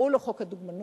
קראו לו "חוק הדוגמנות",